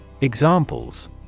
Examples